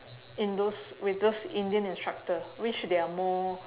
in those with those indian instructor which they are more